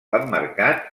emmarcat